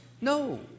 No